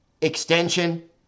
extension